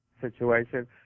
situation